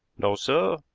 no, sir.